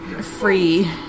Free